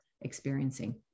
experiencing